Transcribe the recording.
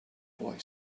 boy